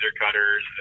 cutters